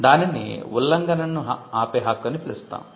దానిని ఉల్లంఘనను ఆపే హక్కు అని పిలుస్తాము